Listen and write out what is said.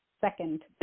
second